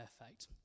perfect